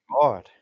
God